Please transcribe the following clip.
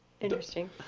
Interesting